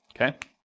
Okay